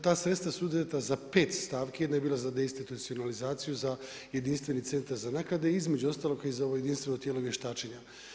Ta sredstva su uzeta za 5 stavki, jedna je bila za deinstitucionalizaciju za jedinstveni centar za naknade a između ostalog i za ovo jedinstveno tijelo vještačenja.